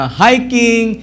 hiking